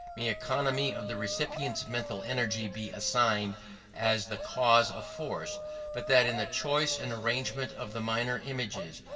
may economy of the recipient's mental energy be assigned as the cause of force but that in the choice and arrangement of the minor images,